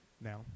now